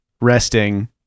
resting